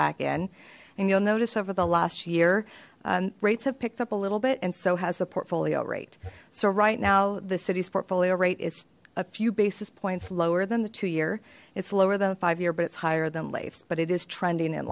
back in and you'll notice over the last year rates have picked up a little bit and so has the portfolio rate so right now the city's portfolio rate is a few basis points lower than the two year it's lower than a five year but it's higher than leif's but it is trending in